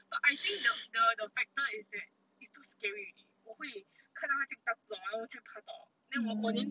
but I think the the the factor is that it's too scary already 我会看它这样大子 hor then 我就怕到 then 我连